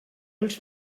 els